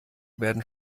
werden